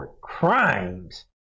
crimes